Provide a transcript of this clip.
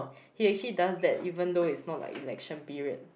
he actually does that even though is not like election period